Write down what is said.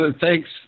thanks